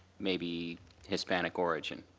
maybe hispanic origin.